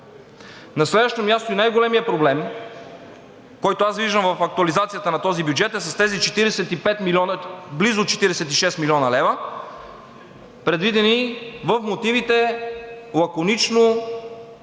На следващо място и най-големият проблем, който аз виждам в актуализацията на този бюджет, е с тези близо 46 млн. лв., предвидени в мотивите лаконично за болнична